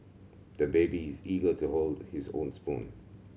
the baby is eager to hold his own spoon